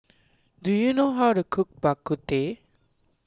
do you know how to cook Bak Kut Teh